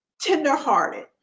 tenderhearted